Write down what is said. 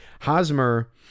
Hosmer